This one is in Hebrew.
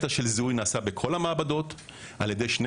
הזיהוי נעשה בכל המעבדות על ידי שתי